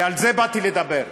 ועל זה באתי לדבר.